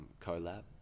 collab